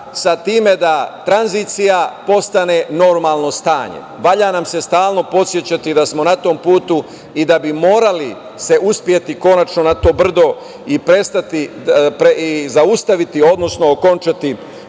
sa time da tranzicija postane normalno stanje. Valja nam se stalno podsećati da smo na tom putu i da bismo se morali konačno na to brdo i zaustaviti, odnosno okončati